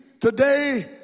today